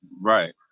right